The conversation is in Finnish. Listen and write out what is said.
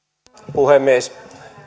puhemies